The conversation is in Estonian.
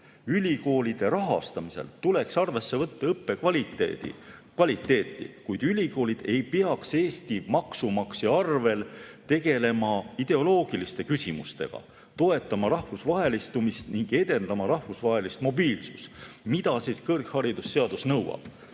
Ülikoolide rahastamisel tuleks arvesse võtta õppekvaliteeti, kuid ülikoolid ei peaks Eesti maksumaksja arvel tegelema ideoloogiliste küsimustega, toetama rahvusvahelistumist ning edendama rahvusvahelist mobiilsust, mida kõrgharidusseadus nõuab.